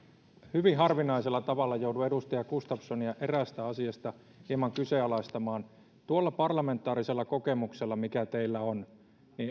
hyvin harvinaisella tavalla joudun edustaja gustafssonia eräästä asiasta hieman kyseenalaistamaan tuolla parlamentaarisella kokemuksella mikä teillä on